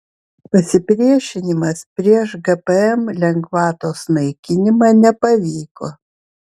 pasipriešinimas prieš gpm lengvatos naikinimą nepavyko